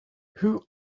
who